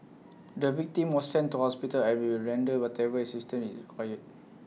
the victim was sent to hospital and we will render whatever assistance is required